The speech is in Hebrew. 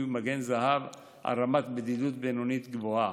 מגן זהב על רמת בדידות בינונית-גבוהה.